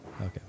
Okay